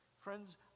friends